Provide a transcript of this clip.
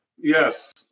Yes